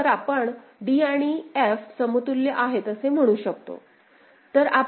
तर आपण d आणि f समतुल्य आहेत असे म्हणू शकतो